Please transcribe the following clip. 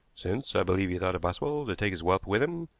since i believe he thought it possible to take his wealth with him,